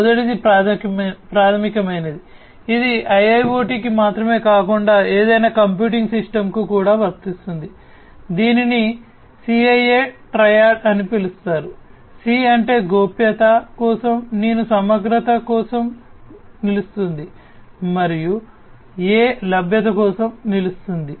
మొదటిది ప్రాథమికమైనది ఇది IIoT కి మాత్రమే కాకుండా ఏదైనా కంప్యూటింగ్ సిస్టమ్కు కూడా వర్తిస్తుంది దీనిని CIA ట్రైయాడ్ అని పిలుస్తారు C అంటే గోప్యత కోసం నేను సమగ్రత కోసం నిలుస్తుంది మరియు A లభ్యత కోసం నిలుస్తుంది